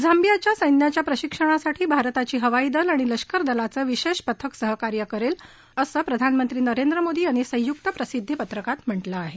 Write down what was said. झांबियाच्या सैन्याच्या प्रशिक्षणासाठी भारताची हवाई दल आणि लष्कर दलाचं विशेष पथक सहकार्य करेल असं प्रधानमंत्री नरेंद्र मोदी यांनी संयुक्त प्रसिद्वी पत्रकात म्हटलं आहे